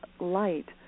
light